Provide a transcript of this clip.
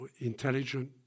intelligent